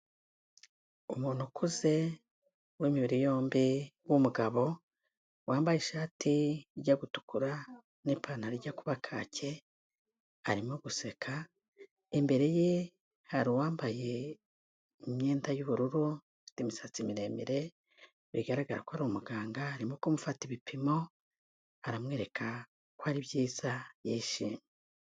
Umuntu ukuze w'imibiri yombi w'umugabo, wambaye ishati ijya gutukura n'ipantaro ijya kuba kake, arimo guseka, imbere ye hari uwambaye imyenda y'ubururu, ufite imisatsi miremire bigaragara ko ari umuganga, arimo kumufata ibipimo, aramwereka ko ari byiza, yishimye.